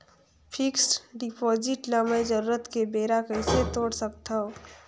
Fixed deposit ल मैं जरूरत के बेरा कइसे तोड़ सकथव?